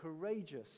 courageous